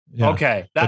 okay